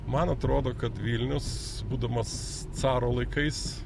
man atrodo kad vilnius būdamas caro laikais